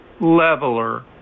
leveler